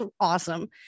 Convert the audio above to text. awesome